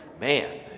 man